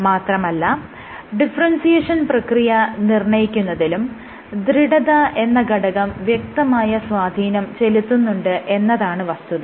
മാത്രമല്ല ഡിഫറെൻസിയേഷൻ പ്രക്രിയ നിർണ്ണയിക്കുന്നതിലും ദൃഢത എന്ന ഘടകം വ്യക്തമായ സ്വാധീനം ചെലുത്തുന്നുണ്ട് എന്നതാണ് വസ്തുത